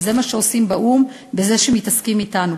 וזה מה שעושים באו"ם בזה שמתעסקים אתנו,